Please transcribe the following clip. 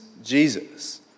Jesus